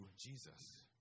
Jesus